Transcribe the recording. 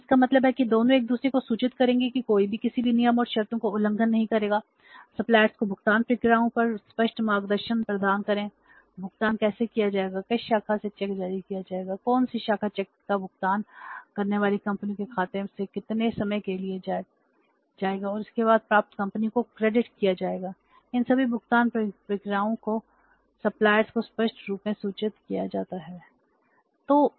तो इसका मतलब है कि दोनों एक दूसरे को सूचित करेंगे कि कोई भी किसी भी नियम और शर्तों का उल्लंघन नहीं करेगा सप्लायर्स को स्पष्ट रूप से सूचित किया जाना चाहिए